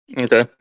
Okay